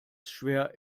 schwer